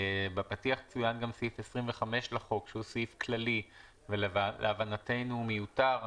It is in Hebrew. בפתיח צוין גם סעיף 25 לחוק שהוא סעיף כללי ולהבנתנו הוא מיותר.